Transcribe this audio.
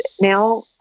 now